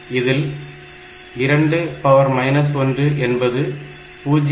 இதில் 2 1 என்பது 0